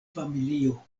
familio